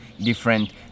different